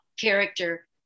character